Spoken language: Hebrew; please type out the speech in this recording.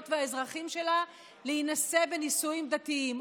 והאזרחים שלה להינשא בנישואים דתיים,